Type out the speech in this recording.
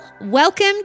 Welcome